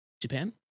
Japan